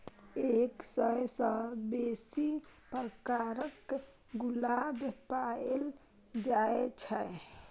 एक सय सं बेसी प्रकारक गुलाब पाएल जाए छै